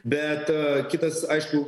bet kitas aišku